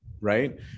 right